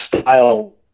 style